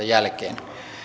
jälkeen